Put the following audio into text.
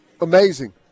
Amazing